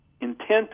intent